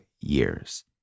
years